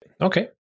Okay